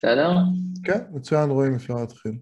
תודה רבה. כן, מצוין רואים את זה להתחיל.